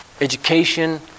education